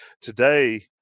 Today